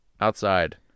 outside